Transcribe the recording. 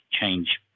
change